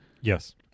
Yes